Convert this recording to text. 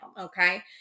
Okay